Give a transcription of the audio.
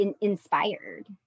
inspired